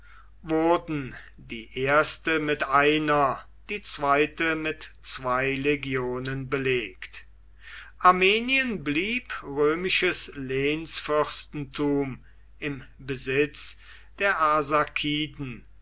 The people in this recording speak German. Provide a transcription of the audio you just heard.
wurden die erste mit einer die zweite mit zwei legionen belegt armenien blieb römisches lehnsfürstentum im besitz der